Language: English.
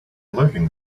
lurking